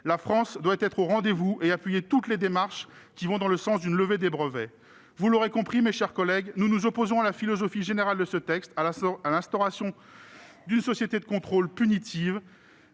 La France doit être au rendez-vous et appuyer toutes les démarches qui vont dans le sens d'une levée des brevets. Vous l'aurez compris, mes chers collègues, nous nous opposons à la philosophie générale de ce texte, à l'instauration d'une société de contrôle, punitive